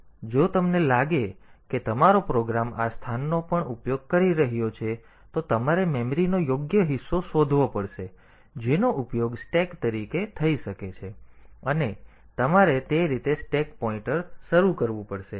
તેથી જો તમને લાગે કે તમારો પ્રોગ્રામ આ સ્થાનનો પણ ઉપયોગ કરી રહ્યો છે તો તમારે મેમરીનો યોગ્ય હિસ્સો શોધવો પડશે જેનો ઉપયોગ સ્ટેક તરીકે થઈ શકે છે અને તમારે તે રીતે સ્ટેક પોઇન્ટર શરૂ કરવું પડશે